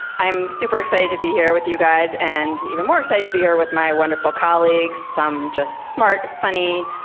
i'm super excited to be here with you guys and even more excited to be here with my wonderful colleagues, some just smart, funny,